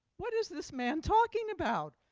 what is this man talking about?